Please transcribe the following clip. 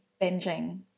binging